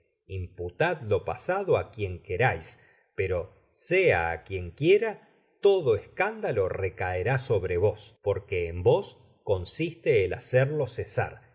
lo pasado á quien querais pera sea á quien quiera todo escándalo recaerá sobre vos porque en vos consiste el hacerlo cesar